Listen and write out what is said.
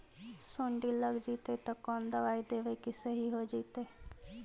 सुंडी लग जितै त कोन दबाइ देबै कि सही हो जितै?